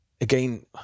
again